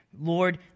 Lord